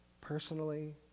personally